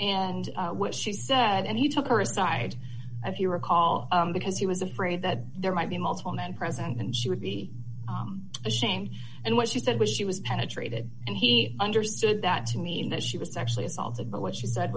and what she said and he took her aside if you recall because he was afraid that there might be multiple men present and she would be ashamed and what she said was she was penetrated and he understood that to mean that she was actually assaulted but what she said